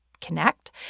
connect